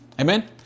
Amen